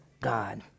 God